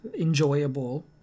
enjoyable